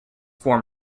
form